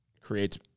creates